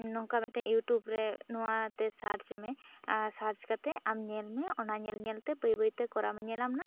ᱱᱚᱝᱠᱟ ᱢᱤᱫ ᱴᱮ ᱭᱩᱴᱩᱵᱽ ᱨᱮ ᱱᱚᱣᱟ ᱛᱮ ᱥᱟᱨᱪ ᱢᱮ ᱟᱨ ᱥᱟᱨᱪ ᱠᱟᱛᱮ ᱟᱢ ᱧᱮᱞ ᱢᱮ ᱚᱱᱟ ᱧᱮᱞ ᱧᱮᱞ ᱛᱮ ᱵᱟᱹᱭ ᱵᱟᱹᱭ ᱛᱮ ᱠᱚᱨᱟᱣ ᱢᱮ ᱧᱮᱞᱟᱢ ᱱᱟᱦᱟᱜ ᱴᱷᱤᱠ